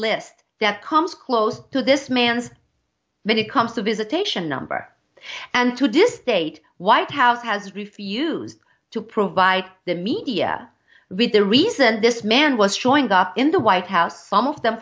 list that comes close to this man's when it comes to visitation number and to this day white house has refused to provide the media with the reason this man was showing up in the white house some of them